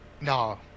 No